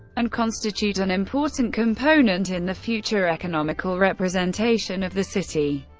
and constitute an important component in the future economical representation of the city.